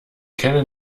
kennen